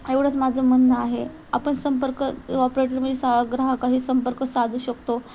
एवढंच माझं म्हणणं आहे आपण संपर्क ऑपरेटरमध्ये सा ग्राहकही संपर्क साधू शकतो